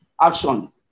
action